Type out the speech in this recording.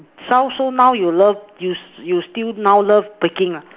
so so now you love you you still now love baking ah